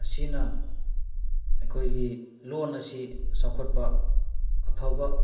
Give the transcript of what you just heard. ꯑꯁꯤꯅ ꯑꯩꯈꯣꯏꯒꯤ ꯂꯣꯟ ꯑꯁꯤ ꯆꯥꯎꯈꯠꯄ ꯑꯐꯕ